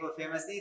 famous